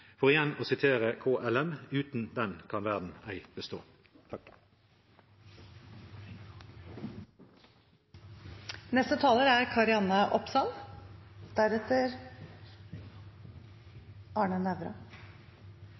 igjen, for å sitere KLM: «Uten den kan verden ei bestå». Ifølge Havforskningsinstituttet er